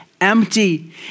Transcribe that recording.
empty